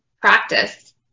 practice